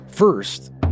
First